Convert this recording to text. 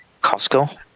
Costco